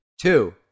Two